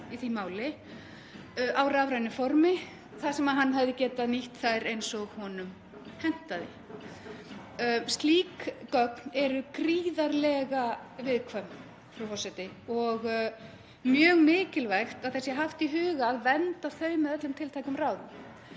í því máli á rafrænu formi þar sem hann hefði getað nýtt þær eins og honum hentaði. Slík gögn eru gríðarlega viðkvæm, frú forseti, og mjög mikilvægt að haft sé í huga að vernda þau með öllum tiltækum ráðum.